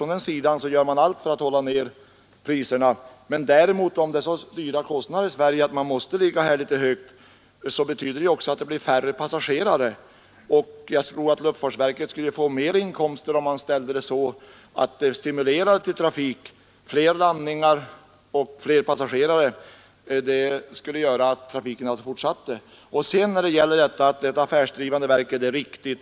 Från den sidan gör man säkert allt för att hålla priserna nere. Däremot, om det är så höga kostnader i Sverige att man här måste ligga litet högt, så betyder det ju också att det blir färre passagerare. Jag tror att luftfartsverket skulle få mera inkomster om man satte avgifterna så att de stimulerade till trafik. Fler landningar och fler passagerare skulle göra att trafiken fortsatte. Det är riktigt att det, som kommunikationsministern säger, gäller ett affärsdrivande verk.